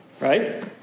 Right